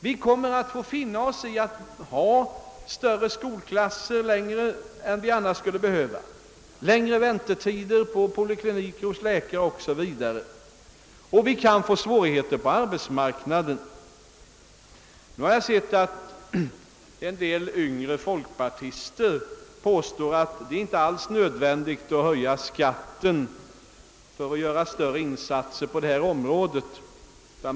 Vi kommer att få finna oss i att ha större skolklasser längre än vi annars skulle behöva, längre väntetider på polikliniker, hos läkare 0. s. v. Vi kan också få svårigheter på arbetsmarknaden. Nu har jag hört vissa yngre folkpartister påstå att det inte alls är nöd vändigt att höja skatten för att kunna göra större insatser på det här området.